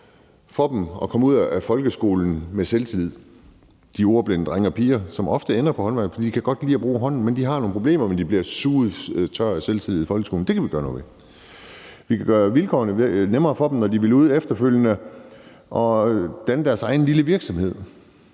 for dem at komme ud af folkeskolen med selvtillid, altså de ordblinde drenge og piger, som ofte ender på håndværkeruddannelser, fordi de godt kan lide at bruge hænderne, men har nogle problemer, fordi de bliver suget tørre for selvtillid i folkeskolen. Det kan vi gøre noget ved. Vi kan gøre vilkårene bedre for dem, når de vil ud efterfølgende og danne deres egen lille virksomhed,